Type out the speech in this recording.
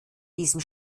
diesem